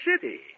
City